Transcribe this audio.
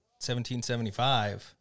1775 –